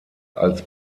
als